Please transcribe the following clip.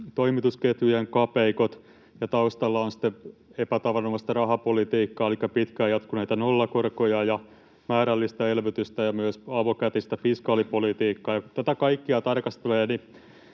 toimitusketjujen kapeikot, ja taustalla on sitten epätavanomaista rahapolitiikkaa elikkä pitkään jatkuneita nollakorkoja ja määrällistä elvytystä ja myös avokätistä fiskaalipolitiikkaa. Kun tätä kaikkea tarkastelee,